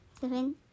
seven